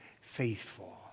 faithful